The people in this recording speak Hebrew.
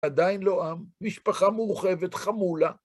עדיין לא עם, משפחה מורחבת, חמולה.